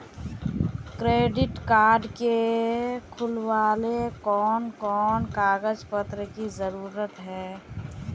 Credit card के खुलावेले कोन कोन कागज पत्र की जरूरत है?